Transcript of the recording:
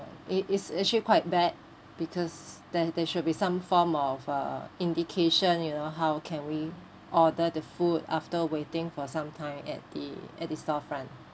it is actually quite bad because there there should be some form of uh indication you know how can we order the food after waiting for some time at the at the store front